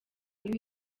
iyo